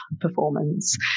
performance